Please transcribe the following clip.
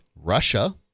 Russia